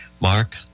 Mark